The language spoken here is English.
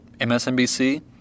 MSNBC